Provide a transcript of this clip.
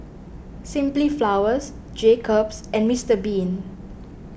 Simply Flowers Jacob's and Mister Bean